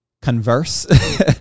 converse